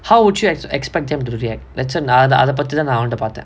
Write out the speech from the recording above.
how would you expect them to react அத பத்திதான் அவன்ட நா பாத்தேன்:atha pathithaan avanta naa paathaen